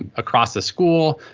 across the school,